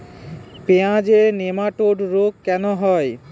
পেঁয়াজের নেমাটোড রোগ কেন হয়?